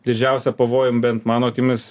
didžiausią pavojų bent mano akimis